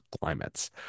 climates